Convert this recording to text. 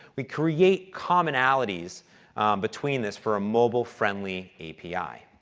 we create commonalities between this for a mobile-friendly api.